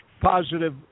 positive